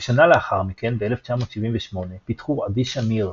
כשנה לאחר מכן ב-1978 פיתחו עדי שמיר,